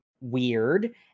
weird